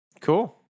Cool